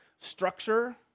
structure